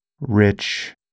rich